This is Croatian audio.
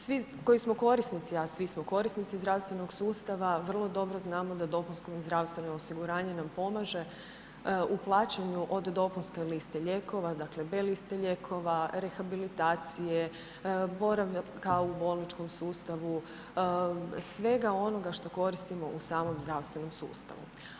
Svi koji smo korisnici a svi smo korisnici zdravstvenog sustava, vrlo dobro znamo da dopunsko zdravstveno osiguranje nam pomaže u plaćanju od dopunske liste lijekova, dakle B liste lijekova, rehabilitacije, boravka u bolničkom sustavu, svega onoga što koristimo u samom zdravstvenom sustavu.